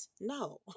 No